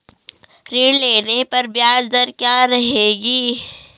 ऋण लेने पर ब्याज दर क्या रहेगी?